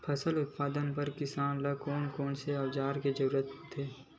फसल उत्पादन बर किसान ला कोन कोन औजार के जरूरत होथे?